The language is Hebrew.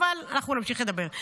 אבל אנחנו נמשיך לדבר.